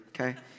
okay